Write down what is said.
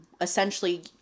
essentially